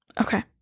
Okay